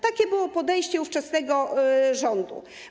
Takie było podejście ówczesnego rządu.